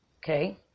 Okay